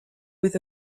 with